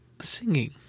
Singing